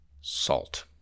Salt